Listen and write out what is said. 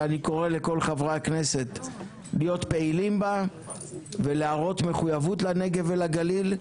ואני קורא לכל חברי הכנסת להיות פעילים בה ולהראות מחויבות לנגב ולגליל.